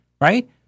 right